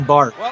Bart